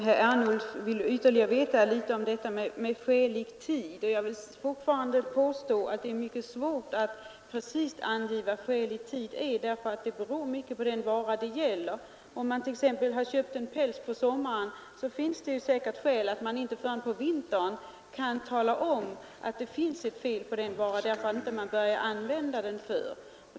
Herr talman! Herr Ernulf ville ha ytterligare besked om vad som menas med ”skälig tid”. Jag vidhåller att det är mycket svårt att exakt ange vad som avses med ”skälig tid”. Det beror mycket på den vara det gäller. Om man t.ex. köpt en päls på sommaren, finns det säkerligen skäl för att man inte förrän till vintern kan tala om att det finns ett fel på varan, eftersom man inte börjat använda den förr.